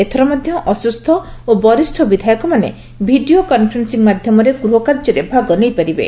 ଏଥର ମଧ୍ଧ ଅସୁସ୍ଥ ଓ ବରିଷ୍ଡ ବିଧାୟକମାନେ ଭିଡିଓ କନ୍ଫରେନ୍ପିଂ ମାଧ୍ଧମରେ ଗୃହ କାର୍ଯ୍ୟରେ ଭାଗ ନେଇପାରିବେ